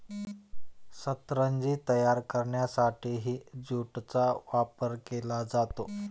सतरंजी तयार करण्यासाठीही ज्यूटचा वापर केला जातो